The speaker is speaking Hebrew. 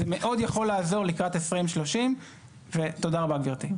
זה מאוד יכול לעזור לקראת 2030. תודה רבה, גבירתי.